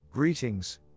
Greetings